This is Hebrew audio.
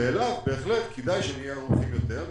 ואליו בהחלט כדי שנהיה ערוכים יותר.